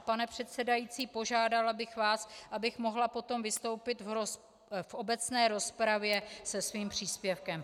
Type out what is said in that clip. Pane předsedající, požádala bych vás, abych mohla potom vystoupit v obecné rozpravě se svým příspěvkem.